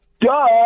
Duh